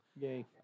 Yay